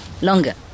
longer